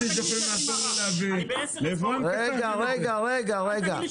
--- רגע רגע.